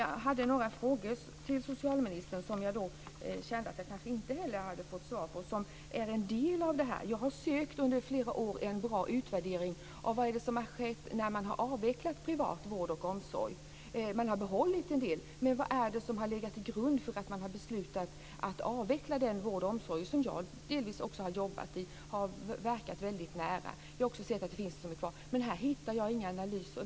Jag hade några frågor till socialministern som jag inte har fått svar på. De är en del av detta. Jag har under flera år sökt en bra utvärdering av vad som har skett när privat vård och omsorg har avvecklats. Vad är det som har legat till grund att besluta om att avveckla den vård och omsorg som jag delvis har jobbat i? Här hittar jag inga analyser.